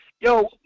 Yo